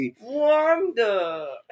Wanda